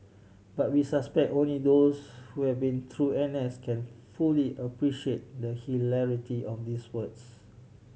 but we suspect only those who have been through N S can fully appreciate the hilarity of these words